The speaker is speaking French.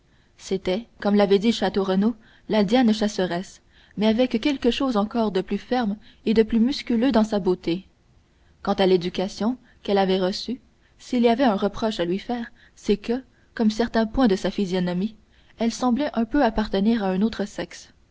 c'était comme l'avait dit château renaud la diane chasseresse mais avec quelque chose encore de plus ferme et de plus musculeux dans sa beauté quant à l'éducation qu'elle avait reçue s'il y avait un reproche à lui faire c'est que comme certains points de sa physionomie elle semblait un peu appartenir à un autre sexe